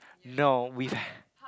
no we've